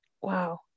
wow